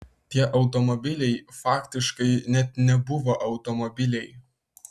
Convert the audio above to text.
tie automobiliai faktiškai net nebuvo automobiliai